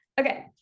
Okay